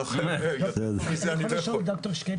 נכון, יותר טוב מזה אני לא יכול.